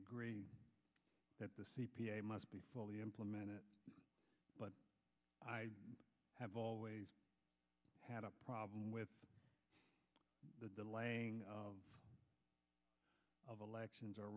agree that the c p a must be fully implemented but i have always had a problem with the delaying of elections or